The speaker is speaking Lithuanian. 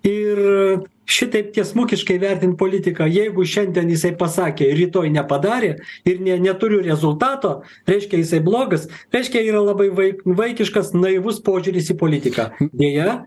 ir šitaip tiesmukiškai vertint politiką jeigu šiandien jisai pasakė rytoj nepadarė ir ne neturiu rezultato reiškia jisai blogas reiškia yra labai vai vaikiškas naivus požiūris į politiką deje